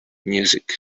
music